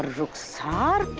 ruksaar